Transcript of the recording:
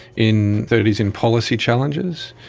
in thirty s, in policy challenges.